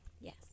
Yes